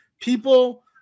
People